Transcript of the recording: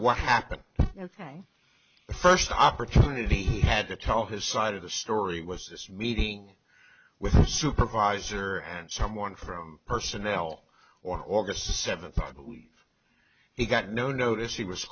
what happened ok the first opportunity had to tell his side of the story was this meeting with the supervisor and someone from personnel or august seventh i believe he got no notice he was